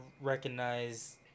recognize